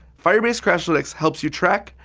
firebase crashlytics helps you track,